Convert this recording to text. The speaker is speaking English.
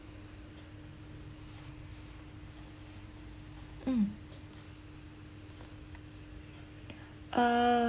mm uh